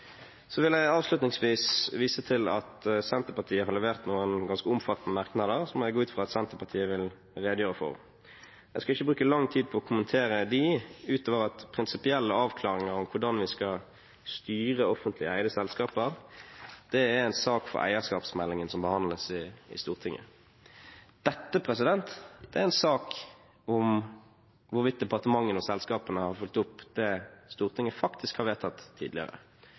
Så vil jeg avslutningsvis vise til at Senterpartiet har levert noen ganske omfattende merknader som jeg går ut fra at Senterpartiet vil redegjøre for. Jeg skal ikke bruke lang tid på å kommentere dem ut over at prinsipielle avklaringer om hvordan vi skal styre offentlig eide selskaper, er en sak for eierskapsmeldingen som behandles i Stortinget. Dette er en sak om hvorvidt departementene og selskapene har fulgt opp det Stortinget faktisk har vedtatt tidligere.